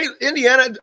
Indiana